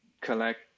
collect